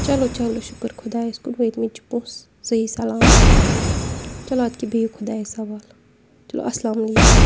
چلو چلو شُکُر خۄدایَس کُن وٲتۍ مٕتۍ چھِ پونٛسہٕ صحیح سَلامَت چلو اَدٕ کیٛاہ بہیُوٗ خۄدایَس سوال چلو اَسلامُ علیکُم